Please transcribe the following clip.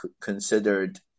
considered